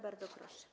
Bardzo proszę.